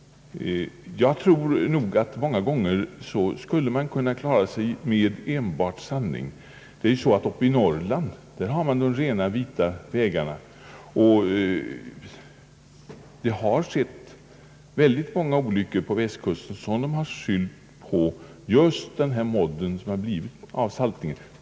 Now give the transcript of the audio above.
Jag tror att det många gånger skulle vara tillräckligt med enbart sandning. Många olyckor på västkusten har skyllts just på modden som uppstått på grund av saltspridningen.